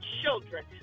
children